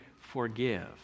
forgive